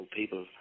people